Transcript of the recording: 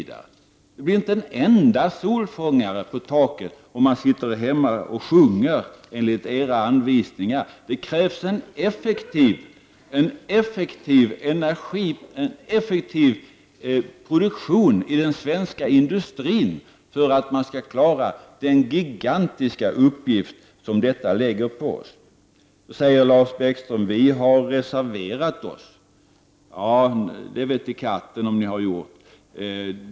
Det blir inte en enda solfångare på taket om man enligt era anvisningar sitter hemma och sjunger. Det krävs en effektiv produktion i den svenska industrin för att man skall klara den gigantiska uppgift som detta lägger på oss. Lars Bäckström säger att man har reserverat sig. Det undrar jag om ni har gjort.